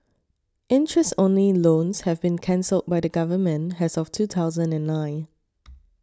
interest only loans have been cancelled by the Government as of two thousand and nine